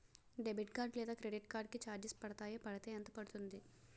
Debit card లేదా credit card కి charges పడతాయా? పడితే ఎంత పడుతుంది?